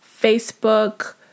Facebook